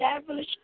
establish